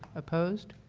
opposed?